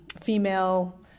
female